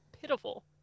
pitiful